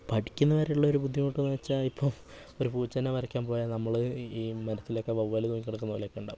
പഠിക്കുന്ന വരെയുള്ളൊരു ബുദ്ധിമുട്ടെന്നു വച്ചാൽ ഇപ്പം ഒരു പൂച്ചേനെ വരയ്ക്കാൻ പോയാൽ നമ്മൾ ഈ മരത്തിലൊക്കെ വവ്വാൽ തൂങ്ങിക്കിടക്കുന്ന പോലെയൊക്കെ ഉണ്ടാവും